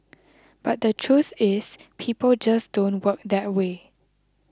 but the truth is people just don't work that way